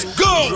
go